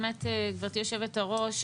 גבירתי יושבת-הראש,